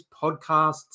podcasts